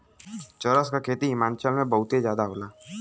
चरस क खेती हिमाचल में बहुते जादा कइल जाला